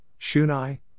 Shunai